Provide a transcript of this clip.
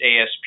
ASP